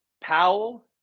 Powell